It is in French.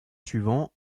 suivant